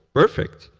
perfect.